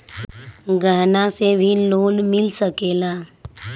गहना से भी लोने मिल सकेला?